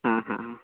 आ हा